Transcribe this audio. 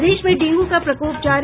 प्रदेश में डेंगू का प्रकोप जारी